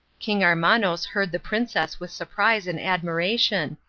king armanos heard the princess with surprise and admiration,